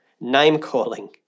name-calling